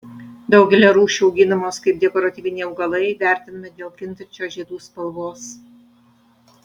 daugelio rūšių auginamos kaip dekoratyviniai augalai vertinami dėl kintančios žiedų spalvos